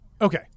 okay